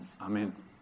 Amen